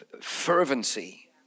Fervency